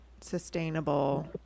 sustainable